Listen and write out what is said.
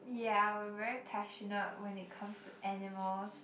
yeah I'm a very passionate when it comes to animals